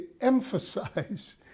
emphasize